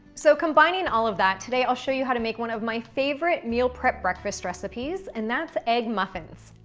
so, combining all of that, today i'll show how you how to make one of my favorite meal prep breakfast recipes, and that's egg muffins.